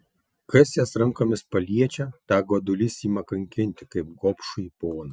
kas jas rankomis paliečia tą godulys ima kankinti kaip gobšųjį poną